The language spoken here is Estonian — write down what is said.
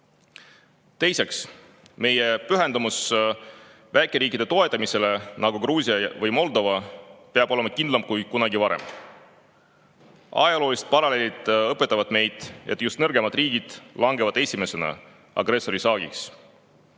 Teiseks, meie pühendumus väikeriikide toetamisele, nagu Gruusia või Moldova, peab olema kindlam kui kunagi varem. Ajaloolised paralleelid õpetavad meid, et just nõrgemad riigid langevad esimesena agressori saagiks.